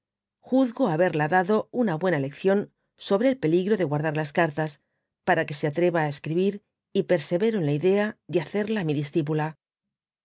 juzgo haberla dado una buena lección sobre el peligro de guarr dar las cartas para que se atreva á escribir y persevero en la idea de hacerla mi discipula